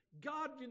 God